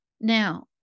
Now